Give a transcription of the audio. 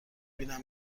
بینن